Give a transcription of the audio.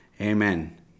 Amen